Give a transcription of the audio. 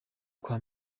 kwa